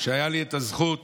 שהייתה לי הזכות